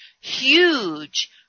huge